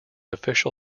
official